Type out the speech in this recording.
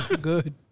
good